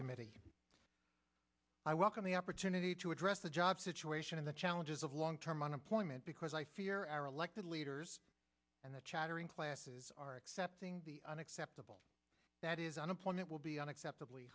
subcommittee i welcome the opportunity to address the job situation and the challenges of long term unemployment because i fear our elected leaders and the chattering classes are accepting the unacceptable that is unemployment will be unacceptabl